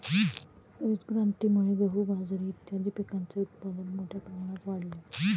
हरितक्रांतीमुळे गहू, बाजरी इत्यादीं पिकांचे उत्पादन मोठ्या प्रमाणात वाढले